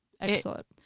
Excellent